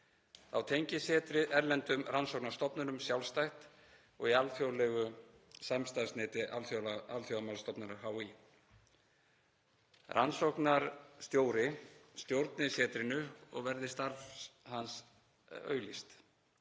Þá tengist setrið erlendum rannsóknastofnunum sjálfstætt og í alþjóðlegu samstarfsneti Alþjóðamálastofnunar HÍ. Rannsóknastjóri stjórni setrinu og verði starf hans auglýst.